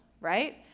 Right